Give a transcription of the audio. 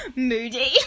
moody